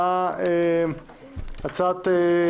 פה אחד ההצעה להקדמת הדיון בהצעת חוק הגז (בטיחות ורישוי) (תיקון מס' 7)